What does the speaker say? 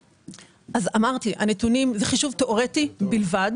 אמרתי, זה חישוב תיאורטי בלבד.